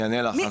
אני אענה לך.